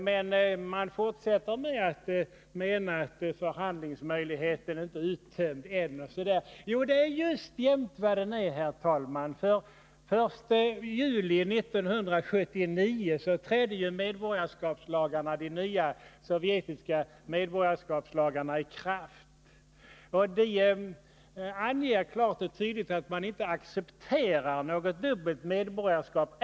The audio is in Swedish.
Utskottet skriver emellertid att förhandlingsmöjligheterna inte kan anses uttömda. Men det är just jämnt vad de är, herr talman, för den 1 juli 1979 trädde de nya sovjetiska medborgarskapslagarna i kraft. De anger klart och tydligt att man inte accepterar något dubbelt medborgarskap.